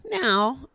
Now